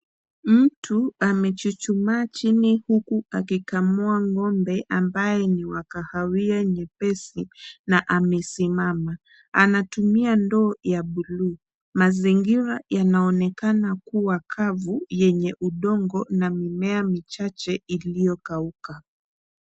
Mtu amechuchumaa chini huku akikamua ng'ombe ambaye ni wa kahawia nyepesi na amesimama. Anatumia ndoo ya buluu. Mazingira yanaonekana kuwa kavu yenye udongo na mimea michache iliyo kauka.